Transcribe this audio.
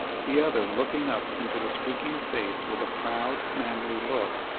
the other looking up into the speaking face with a proud, manly look,